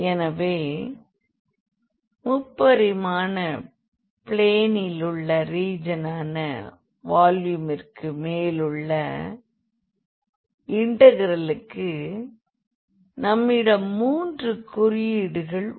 எனவே முப்பரிமாண பிளேனிலுள்ள ரீஜனனான வால்யூமிற்கு மேலுள்ள இன்டெக்ரலுக்கு நம்மிடம் மூன்று குறியீடுகள் உள்ளன